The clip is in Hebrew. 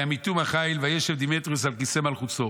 וימיתום החיל, וישב דמיטריוס על כיסא מלכותו.